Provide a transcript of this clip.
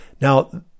Now